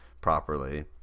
properly